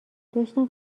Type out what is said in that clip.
داشتم